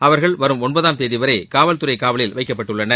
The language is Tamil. அவர்கள் வரும் ஒன்பதாம் தேதிவரை காவல்துறை காவலில் வைக்கப்பட்டுள்ளனர்